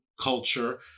culture